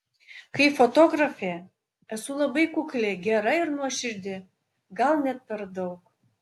kaip fotografė esu labai kukli gera ir nuoširdi gal net per daug